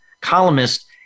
columnist